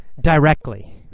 directly